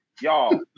y'all